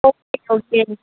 okay okay